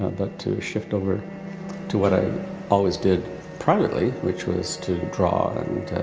ah but to shift over to what ah always did privately, which was to draw